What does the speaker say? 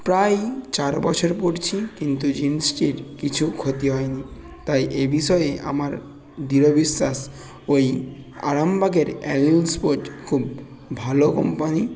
প্রায় চার বছর পরছি কিন্তু জিন্সটির কিছু ক্ষতি হয়নি তাই এ বিষয়ে আমার দৃঢ় বিশ্বাস ওই আরামবাগের অ্যালেল স্পট খুব ভালো কোম্পানি